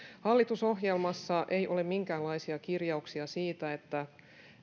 hallitusohjelmassa ei ole minkäänlaisia kirjauksia siitä että